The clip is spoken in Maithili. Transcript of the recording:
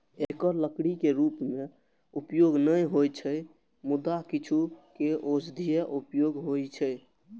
एकर लकड़ी के रूप मे उपयोग नै होइ छै, मुदा किछु के औषधीय उपयोग होइ छै